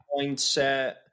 mindset